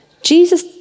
Jesus